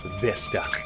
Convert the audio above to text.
Vista